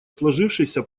сложившейся